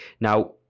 Now